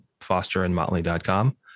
fosterandmotley.com